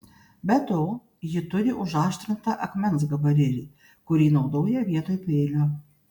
be to ji turi užaštrintą akmens gabalėlį kurį naudoja vietoj peilio